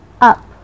up